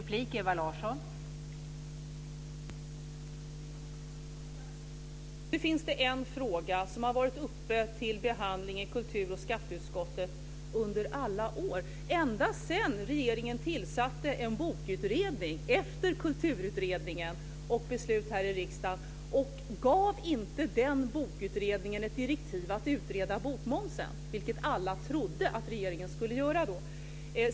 Fru talman! Det finns en fråga som har varit uppe till behandling i kulturutskottet och skatteutskottet under alla år, ända sedan regeringen tillsatte en bokutredning efter kulturutredningen och beslut här i riksdagen. Gav inte den bokutredningen ett direktiv att utreda bokmomsen, vilket alla trodde att regeringen skulle göra då?